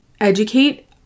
educate